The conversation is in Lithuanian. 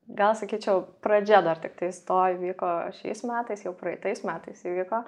gal sakyčiau pradžia dar tiktais to įvyko šiais metais jau praeitais metais įvyko